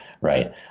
Right